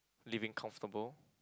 living comfortable